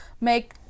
make